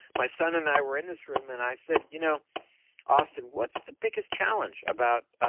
my son and i were and this room and i said, you know austin, what's the biggest challenge about